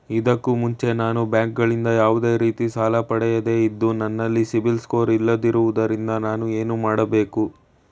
ಇದಕ್ಕೂ ಮುಂಚೆ ನಾನು ಬ್ಯಾಂಕ್ ಗಳಿಂದ ಯಾವುದೇ ರೀತಿ ಸಾಲ ಪಡೆಯದೇ ಇದ್ದು, ನನಲ್ಲಿ ಸಿಬಿಲ್ ಸ್ಕೋರ್ ಇಲ್ಲದಿರುವುದರಿಂದ ನಾನು ಏನು ಮಾಡಬೇಕು?